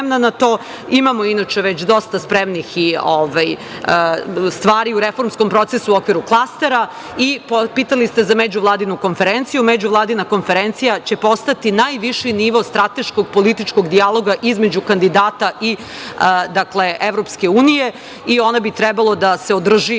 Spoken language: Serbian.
na to. Imamo inače već dosta spremnih stvari u reformskom procesu u okviru klastera. Pitali ste za Međuvladinu konferenciju. Međuvladina konferencija će postati najviši nivo strateškog, političkog dijaloga između kandidata i EU. Ona bi trebalo da se održi